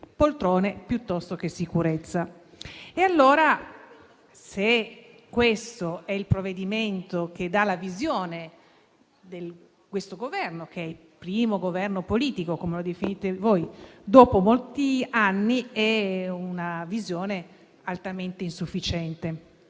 E allora, se questo è il provvedimento che dà la visione di questo Governo, che è il primo Governo politico - come lo definite voi - dopo molti anni, si tratta di una visione altamente insufficiente.